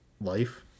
life